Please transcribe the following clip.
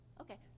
Okay